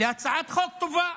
להצעת חוק טובה.